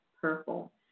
purple